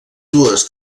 dues